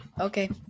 Okay